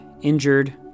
injured